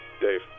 Dave